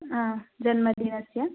आ जन्मदिनस्य